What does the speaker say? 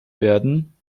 werden